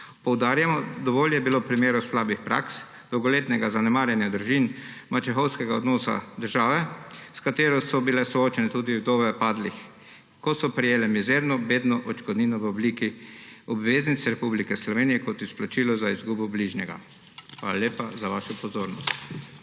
Poudarjamo, dovolj je bilo primerov slabih praks, dolgoletnega zanemarjanja družin, mačehovskega odnosa države, s katero so bile soočene tudi vdove padlih, ko so prejele mizerno, bedno odškodnino v obliki obveznic Republike Slovenije kot izplačilo za izgubo bližnjega. Hvala lepa za vašo pozornost.